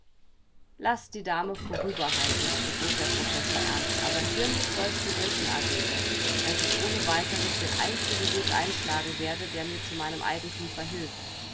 laß die dame vorüber heinrich gebot der professor ernst aber hiermit sollst du wissen adele daß ich ohne weiteres den einzigen weg einschlagen werde der mir zu meinem eigentum verhilft